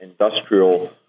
industrial